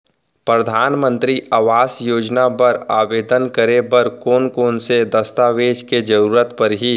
परधानमंतरी आवास योजना बर आवेदन करे बर कोन कोन से दस्तावेज के जरूरत परही?